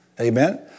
Amen